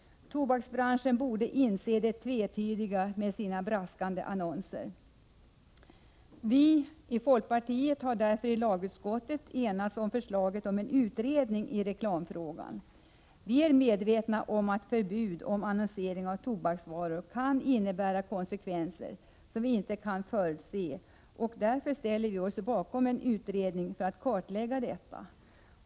Tobaksbranschen borde inse det tvetydiga med sina braskande annonser. Vii folkpartiet har därför i lagutskottet enats om förslaget om en utredning i reklamfrågan. Vi är medvetna om att ett förbud om annonsering av tobaksvaror kan innebära konsekvenser som vi inte kan förutse, och därför ställer vi oss bakom en utredning för att kartlägga detta.